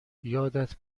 یادت